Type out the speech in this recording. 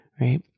Right